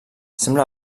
sembla